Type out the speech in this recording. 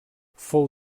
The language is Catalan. fou